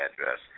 address